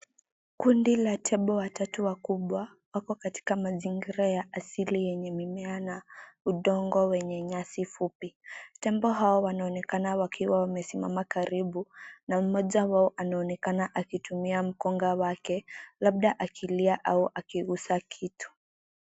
Kundi la tembo watatu wakubwa wako katika mazingira ya asili yenye mimea na udongo wenye nyasi fupi. Tembo hawa wanaonekana wakiwa wamesimama karibu na mmoja wao anaonekana akitumia mkonga wake, labda akilia au akigusa kitu.